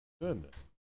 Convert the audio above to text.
Goodness